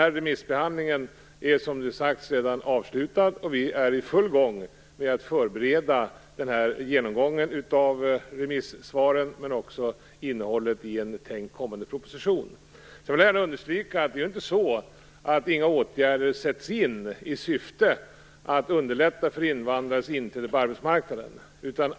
Remissbehandlingen är som redan sagts avslutad, och vi är i full gång med att förbereda genomgången av remisssvaren, men också innehållet i en tänkt kommande proposition. Jag vill gärna understryka att det inte är så, att inga åtgärder sätts in i syfte att underlätta invandrares inträde på arbetsmarknaden.